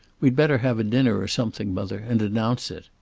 we'd better have a dinner or something, mother, and announce it.